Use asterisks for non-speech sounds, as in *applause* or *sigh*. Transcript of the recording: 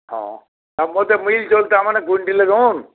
ହଁ ଆମର୍ଟା ମିଲ୍ ଚଉଲ୍ଟା ତା' ମାନେ *unintelligible*